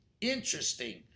interesting